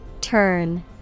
Turn